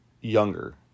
younger